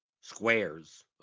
squares